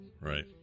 Right